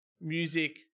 music